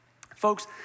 Folks